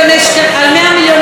עכשיו באים כאן ואומרים,